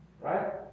right